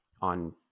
on